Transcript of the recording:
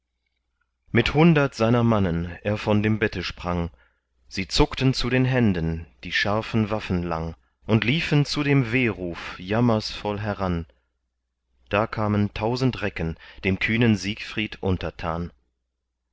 mit hundert seiner mannen er von dem bette sprang sie zuckten zu den händen die scharfen waffen lang und liefen zu dem wehruf jammersvoll heran da kamen tausend recken dem kühnen siegfried untertan